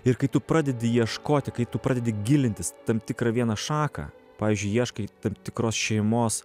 ir kai tu pradedi ieškoti kai tu pradedi gilintis tam tikrą vieną šaką pavyzdžiui ieškai tam tikros šeimos